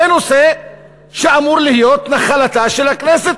זה נושא שאמור להיות נחלתה של הכנסת,